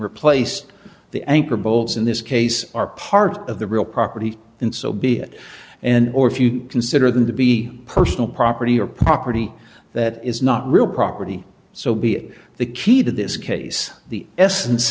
replaced the anchor bolts in this case are part of the real property and so be it and or if you consider them to be personal property or property that is not real property so be the key to this case the essence